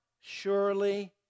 surely